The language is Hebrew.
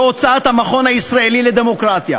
בהוצאת המכון הישראלי לדמוקרטיה: